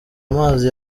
amazi